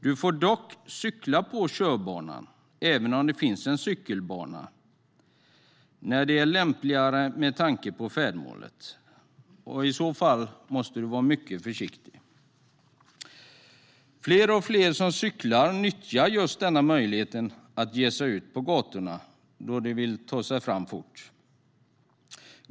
Du får dock cykla på körbanan även om det finns en cykelbana när det är lämpligare med tanke på färdmålet. Och i så fall måste du vara mycket försiktig. Fler och fler som cyklar nyttjar just denna möjlighet att ge sig ut på gatorna, då de vill ta sig fram fort.